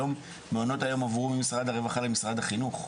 היום מעונות היום עברו ממשרד הרווחה למשרד החינוך.